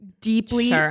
deeply